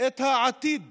את העתיד